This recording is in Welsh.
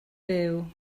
fyw